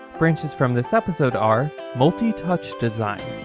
branches from this episode are multitouch design,